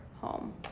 home